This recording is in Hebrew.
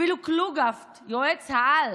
אפילו קלוגהפט, יועץ-העל,